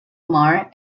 mar